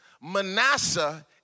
Manasseh